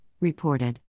reported